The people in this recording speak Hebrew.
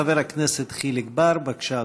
חבר הכנסת חיליק בר, בבקשה,